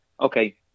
okay